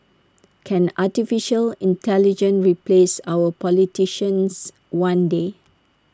can Artificial Intelligence replace our politicians one day